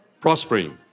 prospering